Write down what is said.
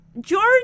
George